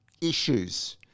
issues